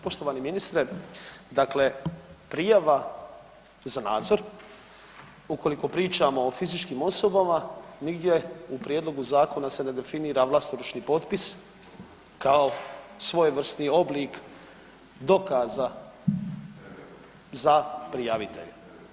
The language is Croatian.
Poštovani ministre, dakle prijava za nadzor ukoliko pričamo o fizičkim osobama nigdje u prijedlogu zakona se ne definira vlastoručni potpis kao svojevrsni oblik dokaza za prijavitelje.